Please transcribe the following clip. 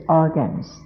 organs